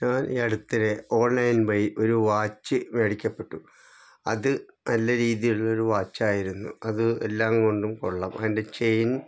ഞാൻ ഈ അടുത്തിടെ ഓൺലൈൻ വഴി ഒരു വാച്ച് മേടിക്കപ്പെട്ടു അത് നല്ല രീതിയിലുള്ളൊരു വാച്ചായിരുന്നു അത് എല്ലാം കൊണ്ടും കൊള്ളാം അതിൻ്റെ ചെയിൻ